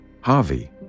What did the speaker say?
Harvey